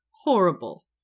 horrible